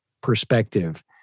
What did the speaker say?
perspective